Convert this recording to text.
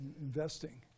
Investing